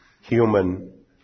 human